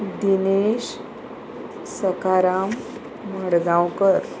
Dinesh Sakaram Madgaonkar